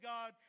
God